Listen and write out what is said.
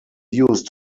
used